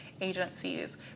agencies